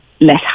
less